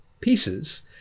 pieces